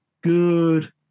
good